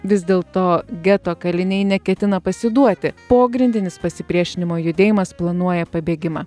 vis dėlto geto kaliniai neketina pasiduoti pogrindinis pasipriešinimo judėjimas planuoja pabėgimą